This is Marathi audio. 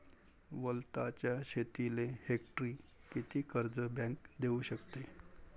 वलताच्या शेतीले हेक्टरी किती कर्ज बँक देऊ शकते?